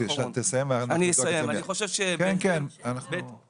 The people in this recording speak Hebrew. תסיים ואנחנו נבדוק את זה.